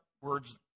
words